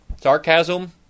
sarcasm